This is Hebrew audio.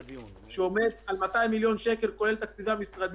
שעומד על 200 מיליון שקל, כולל תקציבי המשרד,